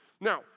Now